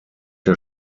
der